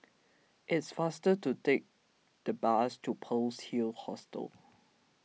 it's faster to take the bus to Pearl's Hill Hostel